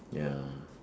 ya